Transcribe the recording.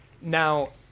Now